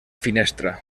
finestra